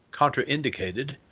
contraindicated